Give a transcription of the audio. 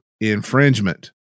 infringement